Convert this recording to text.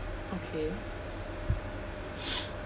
okay